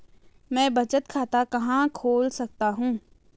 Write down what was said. मैं बचत खाता कहां खोल सकता हूँ?